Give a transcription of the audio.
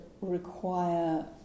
require